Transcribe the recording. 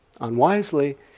unwisely